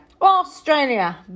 Australia